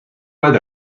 oled